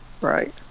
Right